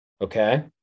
Okay